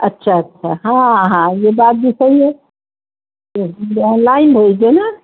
اچھا اچھا ہاں ہاں یہ بات بھی صحیح ہے آن لائن بھیج د ینا